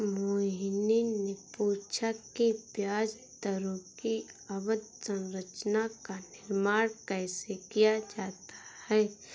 मोहिनी ने पूछा कि ब्याज दरों की अवधि संरचना का निर्माण कैसे किया जाता है?